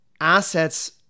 assets